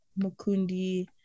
Mukundi